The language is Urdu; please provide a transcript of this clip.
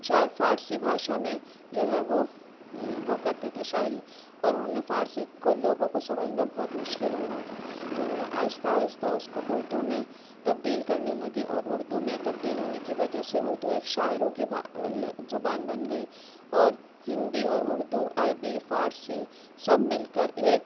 شاعر فارسی بھاشا میں جو ہے وہ وہ کرتے تھے شاعری اور اُنہوں نے فارسی کو لوگوں کو سمجھنا بہت مشکل ہو رہا تھا تو اُنہوں نے آہستہ آہستہ اُس کو اُردو میں تبدیل کرنے لگے اور اُردو میں تبدیل ہونے کی وجہ سے اُردو ایک شاعروں کی زبان بن گئی اور ہندی اور اُردو عربی فارسی سب مل کر ایک